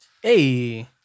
Hey